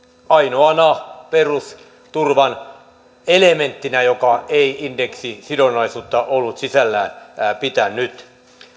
ainoana perusturvan elementtinä joka ei indeksisidonnaisuutta ollut sisällään pitänyt